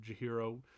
Jahiro